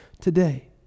today